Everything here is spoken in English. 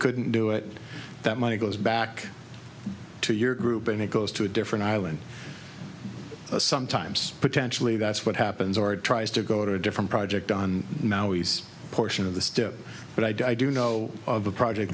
couldn't do it that money goes back to your group and it goes to a different island sometimes potentially that's what happens or it tries to go to a different project on maui's portion of the step but i do know of a project